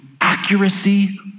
accuracy